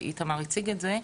ואיתמר הציג את זה,